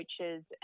coaches